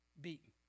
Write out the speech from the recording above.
beaten